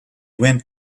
went